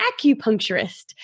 acupuncturist